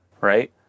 right